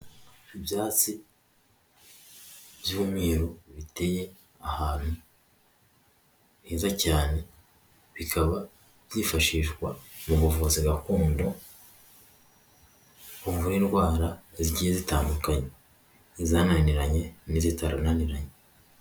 Ibyatsi by'umweru, biteye ahantu heza cyane, bikaba byifashishwa mu buvuzi gakondo buvura indwara zigiye zitandukanye. Izananiranye n'izitarananiranye.